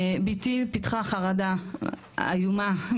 בתי פיתחה חרדה איומה.